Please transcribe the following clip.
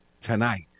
tonight